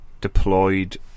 deployed